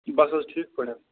بَس حظ ٹھیٖک پٲٹھۍ